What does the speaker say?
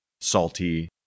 salty